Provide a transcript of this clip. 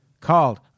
called